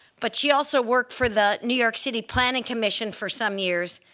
but she also worked for the new york city planning commission for some years,